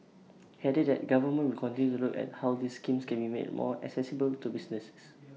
he added that the government will continue to look at how these schemes can be made more accessible to businesses